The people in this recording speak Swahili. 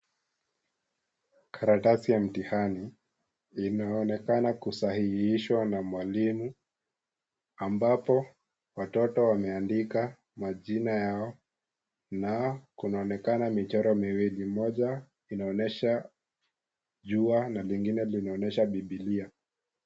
Karatasi ya mitihani, linaonekana kusahihishwa na mwalimu, ambapo watoto wameandika majina yao na kunaonekana michoro miwili, moja inaonyesha jua na mengine inaonyesha Biblia.